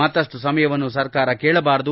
ಮತ್ತಷ್ಟು ಸಮಯವನ್ನು ಸರಕಾರ ಕೇಳಬಾರದು